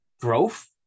growth